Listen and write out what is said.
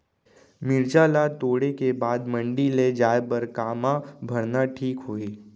मिरचा ला तोड़े के बाद मंडी ले जाए बर का मा भरना ठीक होही?